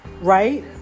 Right